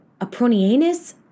Apronianus